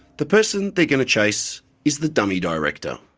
the person they're going to chase is the dummy director.